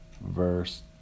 verse